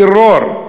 טרור,